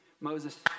Moses